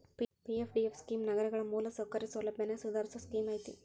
PFDF scheme ನಗರಗಳ ಮೂಲಸೌಕರ್ಯ ಸೌಲಭ್ಯನ ಸುಧಾರಸೋ ಸ್ಕೇಮ್ ಐತಿ